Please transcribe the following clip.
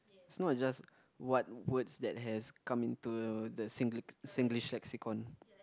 it's not just what words that has come into the Sing~ Singlish lexicon